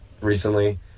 recently